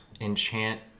enchant